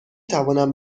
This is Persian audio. توانم